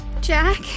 Jack